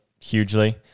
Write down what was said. hugely